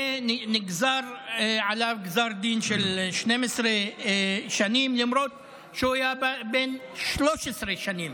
ונגזר עליו גזר דין של 12 שנים למרות שהוא היה בן 13 שנים.